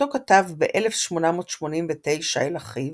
אותו כתב ב-1889 אל אחיו,